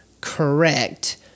correct